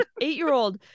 eight-year-old